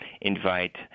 invite